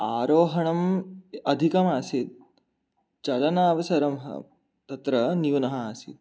आरोहणम् अधिकमासीत् चरणावसरः तत्र न्यूनः आसीत्